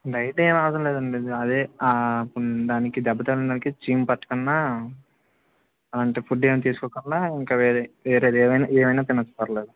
night ఏం అవసరం లేదు అండి అది దానికి దెబ్బ తగిలిదానికి చీము పట్టకుండా అలాంటి ఫుడ్ ఏం తీసుకోకుండా ఇంకా వేరే వేరేది ఏమైనా ఏమైనా తినవచ్చు పర్లేదు